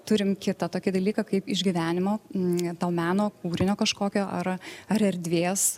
turim kitą tokį dalyką kaip išgyvenimo to meno kūrinio kažkokio ar ar erdvės